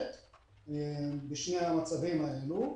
בשני המצבים האלה,